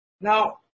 Now